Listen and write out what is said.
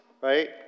Right